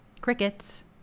crickets